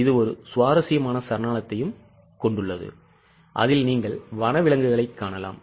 இது ஒரு சுவாரஸ்யமான சரணாலயத்தையும் கொண்டுள்ளது அதில் நீங்கள் வனவிலங்குகளைக் காணலாம்